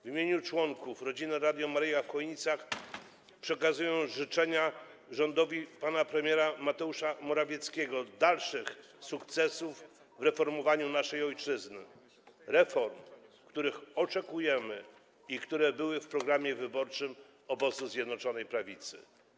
W imieniu członków Rodziny Radia Maryja w Chojnicach przekazuję rządowi pana premiera Mateusza Morawieckiego życzenia dalszych sukcesów w reformowaniu naszej ojczyzny - w reformach, których oczekujemy i które były w programie wyborczym obozu Zjednoczonej Prawicy.